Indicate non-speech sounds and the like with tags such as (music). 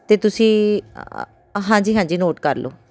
ਅਤੇ ਤੁਸੀਂ (unintelligible) ਹਾਂਜੀ ਹਾਂਜੀ ਨੋਟ ਕਰ ਲਓ